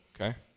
Okay